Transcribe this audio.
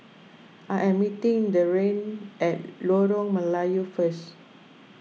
I am meeting Deane at Lorong Melayu first